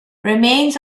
remains